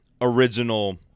original